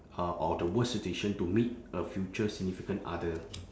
uh or the worst situation to meet a future significant other